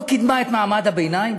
לא קידמה את מעמד הביניים,